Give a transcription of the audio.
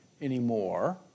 anymore